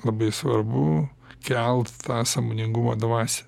labai svarbu kelt tą sąmoningumo dvasią